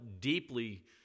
deeply